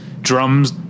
drums